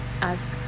ask